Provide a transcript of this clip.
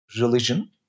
religion